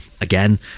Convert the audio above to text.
again